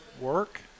work